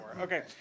Okay